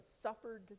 suffered